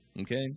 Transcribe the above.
Okay